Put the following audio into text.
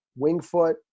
Wingfoot